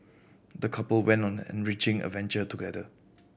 the couple went on the enriching adventure together